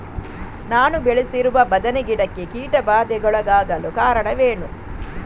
ನಾನು ಬೆಳೆಸಿರುವ ಬದನೆ ಗಿಡಕ್ಕೆ ಕೀಟಬಾಧೆಗೊಳಗಾಗಲು ಕಾರಣವೇನು?